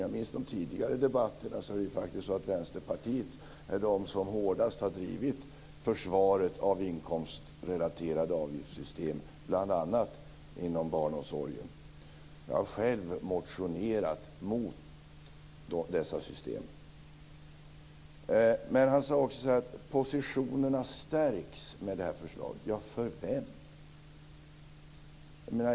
Om jag minns de tidigare debatterna rätt har Vänsterpartiet faktiskt varit det parti som hårdast har drivit försvaret av inkomstrelaterade avgiftssystem bl.a. inom barnomsorgen. Jag har själv motionerat mot dessa system. Han sade också att positionerna stärks med detta förslag. För vem?